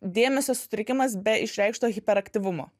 dėmesio sutrikimas be išreikšto hiperaktyvumo